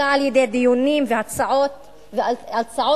אלא על-ידי דיונים והצעות אלטרנטיביות.